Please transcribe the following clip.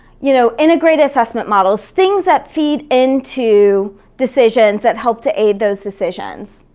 you know integrated assessment models things that feed into decisions that help to aid those decisions.